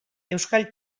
euskal